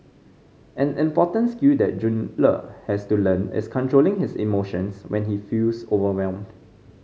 an important skill that Jun Le has to learn is controlling his emotions when he feels overwhelmed